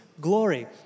glory